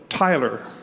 Tyler